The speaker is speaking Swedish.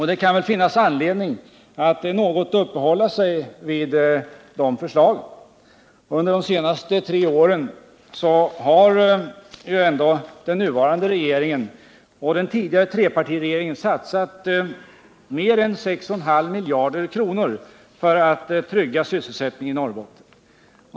Det kan finnas anledning att något uppehålla sig vid dessa förslag. Under de senaste tre åren har den nuvarande regeringen och den tidigare trepartiregeringen satsat mer än 6,5 miljarder kronor för att trygga sysselsättningen i Norrbotten.